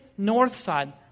Northside